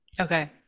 Okay